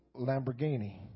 Lamborghini